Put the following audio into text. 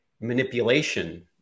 manipulation